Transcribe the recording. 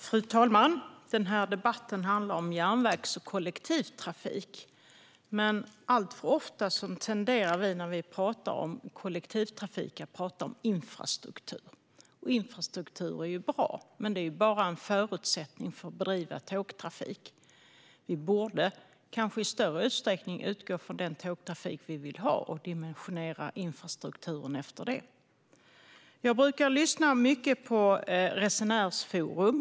Fru talman! Denna debatt handlar om järnvägs och kollektivtrafik. Alltför ofta tenderar vi när vi talar om kollektivtrafik att tala om infrastruktur. Infrastruktur är bra, men den är bara en förutsättning för att bedriva tågtrafik. Vi borde kanske i större utsträckning utgå från den tågtrafik vi vill ha och dimensionera infrastrukturen utifrån det. Jag brukar lyssna mycket på Resenärsforum.